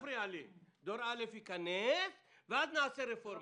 דור ב' ייכנס ואז נעשה רפורמה...